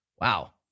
Wow